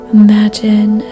imagine